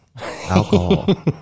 alcohol